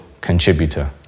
contributor